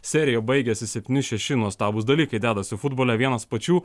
serija jau baigėsi septyni šeši nuostabūs dalykai dedasi futbole vienas pačių